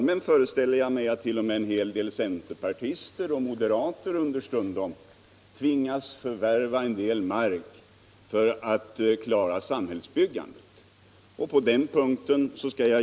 Jag föreställer mig att t.o.m. en hel del centerpartister och moderater i egenskap av kommunalmän understundom tvingas förvärva en del mark för att klara samhällsbyggandet.